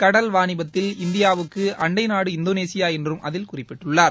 கடல் வாணிபத்தில் இந்தியாவுக்குஅண்டநாடு இந்தோனேஷியாஎன்றும் அதில் குறிப்பிட்டுள்ளார்